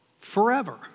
forever